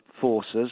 forces